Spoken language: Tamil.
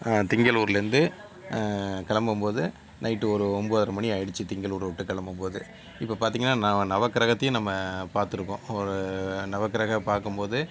திங்களூரில் இருந்து கிளம்பும்போது நைட் ஒரு ஒன்பதரை மணி ஆகிடுச்சு திங்களூரை விட்டு கிளம்பும்போது இப்போ பார்த்தீங்கனா நான் நவக்கிரகத்தையும் நம்ம பார்த்திருக்கோம் ஒரு நவக்கிரகம் பார்க்கும்போது